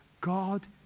God